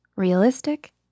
realistic